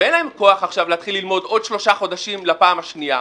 ואין להם כוח עכשיו להתחיל ללמוד עוד שלושה חודשים לפעם השנייה,